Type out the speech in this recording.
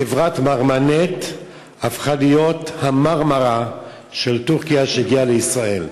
חברת "מרמנת" הפכה להיות המרמרה של טורקיה שהגיעה לישראל.